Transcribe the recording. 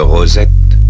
Rosette